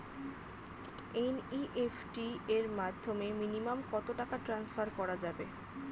NEFT এর মাধ্যমে minimum কত টাকা টান্সফার করা যাবে?